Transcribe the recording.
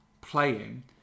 playing